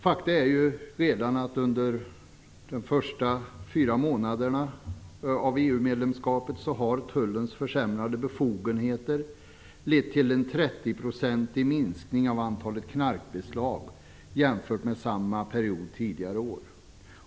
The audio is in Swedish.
Fakta är att redan under de första fyra månaderna av EU-medlemskapet har tullens försämrade befogenheter lett till en 30-procentig minskning av antalet knarkbeslag jämfört med samma period tidigare år.